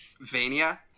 vania